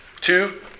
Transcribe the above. two